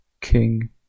King